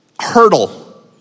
hurdle